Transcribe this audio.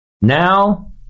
now